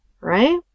right